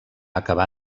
acabar